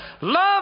love